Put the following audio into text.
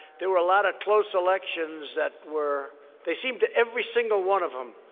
there were a lot of close elections that were they seemed, every single one of them,